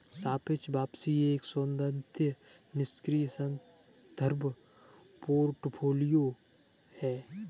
सापेक्ष वापसी एक सैद्धांतिक निष्क्रिय संदर्भ पोर्टफोलियो है